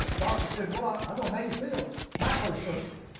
doctor said, well, ah i know how you feel. it's my first surgery.